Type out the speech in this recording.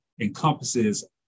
encompasses